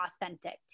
authentic